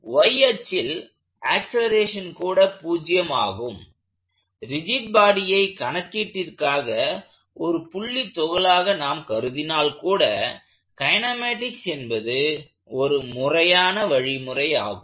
y அச்சில் acceleration கூட 0 ஆகும் ரிஜிட் பாடியை கணக்கீட்டிற்காக ஒரு புள்ளி துகளாக நாம் கருதினால் கூட கைனெமேட்டிக்ஸ் என்பது ஒரு முறையான வழிமுறையாகும்